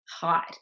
hot